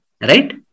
right